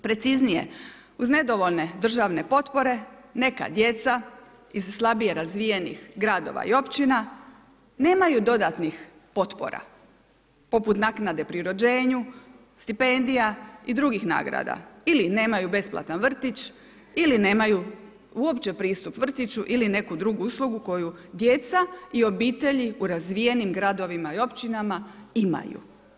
Preciznije, uz nedovoljne državne potpore neka djeca, iz slabije razvijenih gradova i općina, nemaju dodatnih potpora poput naknade pri rođenju, stipendija i drugih nagrada ili nemaju besplatan vrtić ili nemaju uopće pristup vrtiću ili neku drugu uslugu koju djeca i obitelji u razvijenim gradovima i općinama imaju.